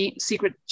secret